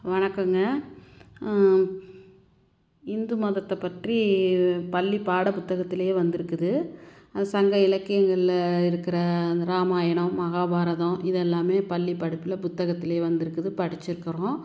வணக்கங்க இந்து மதத்தை பற்றி பள்ளி பாடப்புத்தகத்திலே வந்திருக்குது சங்க இலக்கியங்களில் இருக்கிற அந்த ராமாயணம் மகாபாரதம் இதெல்லாமே பள்ளி படிப்பில் புத்தகத்திலே வந்திருக்குது படிச்சுருக்குறோம்